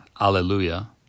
Alleluia